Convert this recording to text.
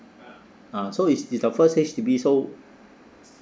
ah so is it's the first H_D_B so